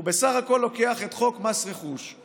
הוא בסך הכול לוקח את חוק מס רכוש,